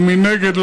ומנגד,